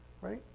Right